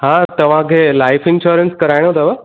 हा तव्हांखे life insurance कराइणो अथव